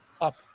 up